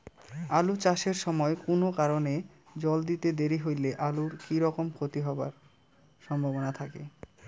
আলু চাষ এর সময় কুনো কারণে জল দিতে দেরি হইলে আলুর কি রকম ক্ষতি হবার সম্ভবনা থাকে?